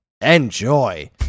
Enjoy